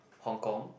Hong-Kong